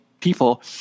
people